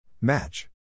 Match